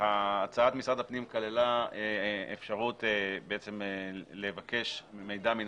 הצעת משרד הפנים כללה אפשרות לבקש מידע מן